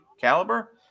caliber